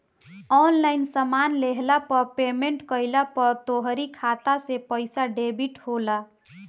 online सामान लेहला पअ पेमेंट कइला पअ तोहरी खाता से पईसा डेबिट होला